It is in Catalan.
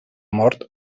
mort